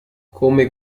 come